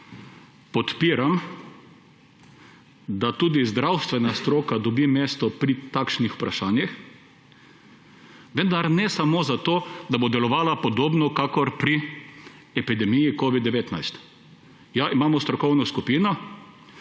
Podpiram tudi , da zdravstvena stroka dobi mesto pri takšnih vprašanjih, vendar ne samo zato, da bo delovala podobno kakor pri epidemiji covid-19. Ja, imamo strokovno skupino,